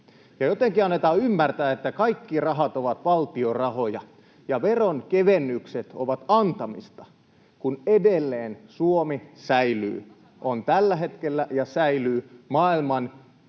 jotenkin annetaan ymmärtää, että kaikki rahat ovat valtion rahoja ja veronkevennykset ovat antamista, kun edelleen Suomi säilyy — on tällä hetkellä ja säilyy — maailman rankimmin